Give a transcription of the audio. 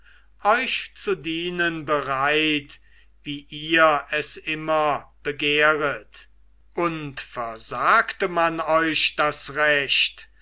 euch zu dienen bereit wie ihr es immer begehret und versagte man euch das recht